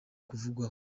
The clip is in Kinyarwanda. kuvugwaho